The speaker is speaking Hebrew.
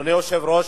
אדוני היושב-ראש,